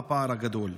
הגדול?